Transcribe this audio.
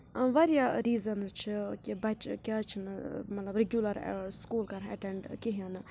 واریاہ ریٖزَنٕز چھِ کہِ بَچہِ کیٛازِ چھِنہٕ مطلب رِگیوٗلَر سکوٗل کَران ایٚٹینٛڈ کِہیٖنۍ نہٕ